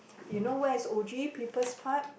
you know where is o_g People's Park